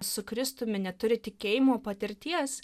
su kristumi neturi tikėjimo patirties